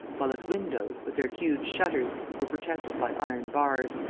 while its windows, with their huge shutters, were protected by iron bars.